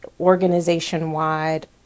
organization-wide